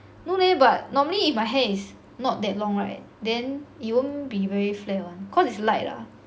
no leh but normally if my hair is not that long right then it won't be very flat [one] cause it's light ah